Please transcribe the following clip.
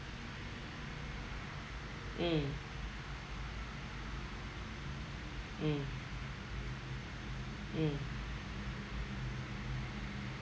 mm mm mm